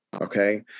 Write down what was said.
okay